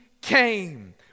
came